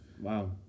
Wow